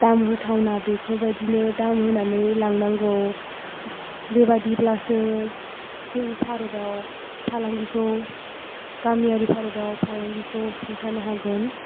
दाम होथावना बेफोरबायदिनो दाम होनानै लांनांगौ बेबायदिब्लासो जों भारताव फालांगिखौ गामियारि भारताव फालांगिखौ सुंथानो हागोन